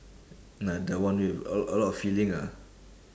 like the one with a a lot of feeling ah